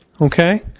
okay